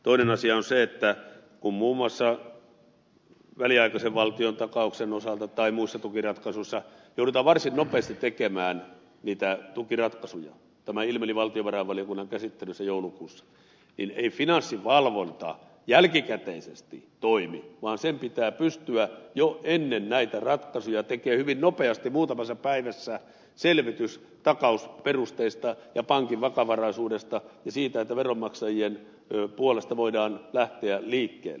toinen asia on se että kun muun muassa väliaikaisen valtiontakauksen osalta tai muissa tukiratkaisuissa joudutaan varsin nopeasti tekemään niitä tukiratkaisuja tämä ilmeni valtiovarainvaliokunnan käsittelyssä joulukuussa niin ei finanssivalvonta jälkikäteisesti toimi vaan sen pitää pystyä jo ennen näitä ratkaisuja tekemään hyvin nopeasti muutamassa päivässä selvitys takausperusteista ja pankin vakavaraisuudesta ja siitä että veronmaksajien puolesta voidaan lähteä liikkeelle